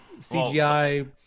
CGI